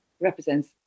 Represents